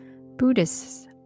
Buddhists